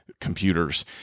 computers